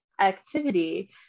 activity